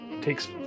Takes